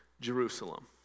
Jerusalem